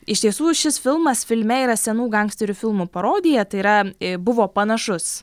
iš tiesų šis filmas filme yra senų gangsterių filmų parodija tai yra buvo panašus